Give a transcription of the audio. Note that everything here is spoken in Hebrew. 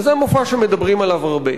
זה מופע שמדברים עליו הרבה.